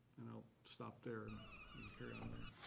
and i'll stop there, and we can carry on later.